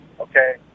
Okay